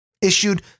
issued